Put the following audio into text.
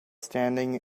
standing